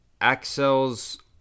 Axel's